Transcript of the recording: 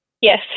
Yes